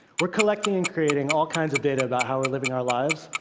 we're collecting and creating all kinds of data about how we're living our lives,